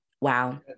Wow